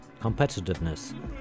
competitiveness